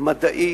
מדעי